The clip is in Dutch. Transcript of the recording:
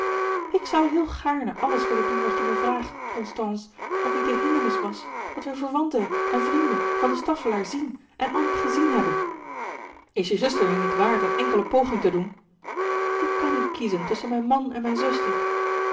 ik zoû heel gaarne alles willen doen wat je mij vraagt con stance als niet de hindernis was dat wij verwanten en vrienden van de staffelaer zien en altijd gezien hebben is je zuster je niet waard een enkele poging te doen ik kan niet kiezen tusschen mijn man en mijn zuster